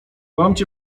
łamcie